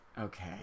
Okay